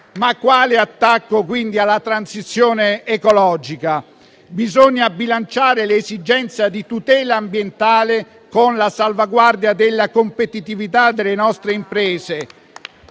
Ma quale attacco, quindi, alla transizione ecologica? Bisogna bilanciare le esigenze di tutela ambientale con la salvaguardia della competitività delle nostre imprese.